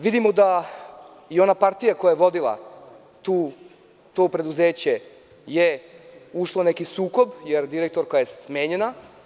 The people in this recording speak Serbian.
Vidimo da i ona partija koja je vodila to preduzeće je ušlo u neki sukob, jer je direktorka smenjena.